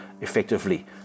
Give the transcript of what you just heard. effectively